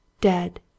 Dead